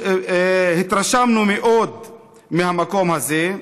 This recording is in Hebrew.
התרשמנו מאוד מהמקום הזה,